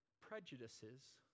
prejudices